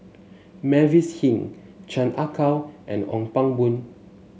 Mavis Hee Chan Ah Kow and Ong Pang Boon